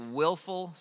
willful